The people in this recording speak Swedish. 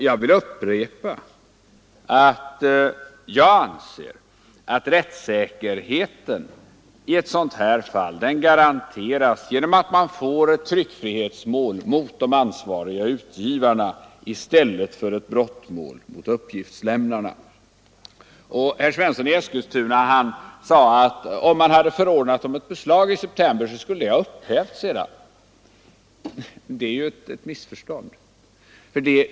Jag upprepar att jag anser att rättssäkerheten i ett sådant här fall garanteras genom att man får ett tryckfrihetsmål med de ansvariga utgivarna i stället för ett brottmål med uppgiftslämnarna. Herr Svensson i Eskilstuna sade att om man förordnat om ett beslag i september, skulle det sedan ha upphävts. Det är ju ett missförstånd.